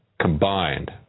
combined